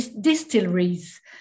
distilleries